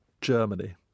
Germany